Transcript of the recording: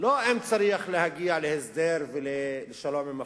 כאן הוא לא אם צריך להגיע להסדר ולשלום עם הפלסטינים,